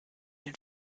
den